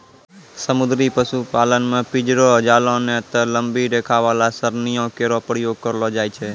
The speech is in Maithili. समुद्री पशुपालन म पिंजरो, जालों नै त लंबी रेखा वाला सरणियों केरो प्रयोग करलो जाय छै